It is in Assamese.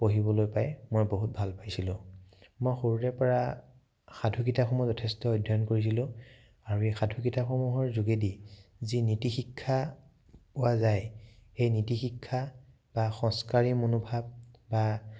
পঢ়িবলৈ পাই মই বহুত ভাল পাইছিলোঁ মই সৰুৰে পৰা সাধু কিতাপসমূহ যথেষ্ট অধ্যয়ন কৰিছিলোঁ আৰু এই সাধু কিতাপসমূহৰ যোগেদি যি নীতিশিক্ষা পোৱা যায় সেই নীতিশিক্ষা বা সংস্কাৰী মনোভাৱ বা